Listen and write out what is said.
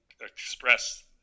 express